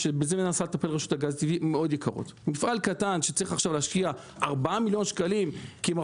אחרי שאנו שנים נלחמים על הפרויקט הזה ומוציאים עליו מיליוני שקלים בלי